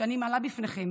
שאני מעלה בפניכם